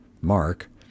Mark